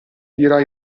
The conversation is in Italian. dirà